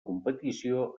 competició